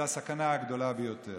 זו הסכנה הגדולה ביותר.